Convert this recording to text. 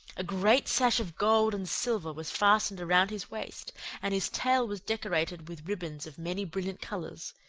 a great sash of gold and silver was fastened around his waist and his tail was decorated with ribbons of many brilliant colors.